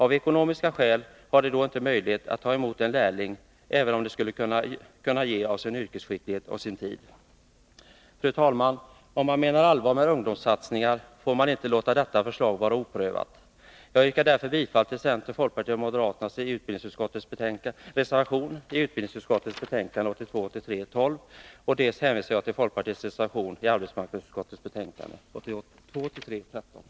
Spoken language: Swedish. Av ekonomiska skäl har de då inte möjlighet att ta emot en lärling, även om de skulle kunna ge av sin yrkesskicklighet och sin tid. Fru talman! Om man menar allvar med ungdomssatsningarna, får man inte låta detta förslag vara oprövat. Jag yrkar därför bifall till centerns, folkpartiets och moderaternas reservation i utbildningsutskottets betänkande 1982 83:13.